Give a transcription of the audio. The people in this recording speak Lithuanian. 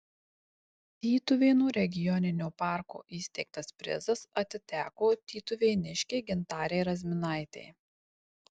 tytuvėnų regioninio parko įsteigtas prizas atiteko tytuvėniškei gintarei razminaitei